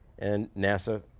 and nasa,